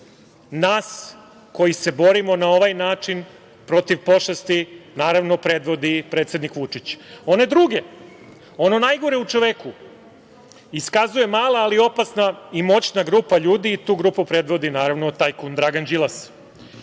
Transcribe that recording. Nas koji se borimo na ovaj način protiv pošasti, naravno, predvodi predsednik Vučić. One druge, ono najgore u čoveku, iskazuje mala ali opasna i moćna grupa ljudi i tu grupu predvodi, naravno, tajkun Dragan Đilas.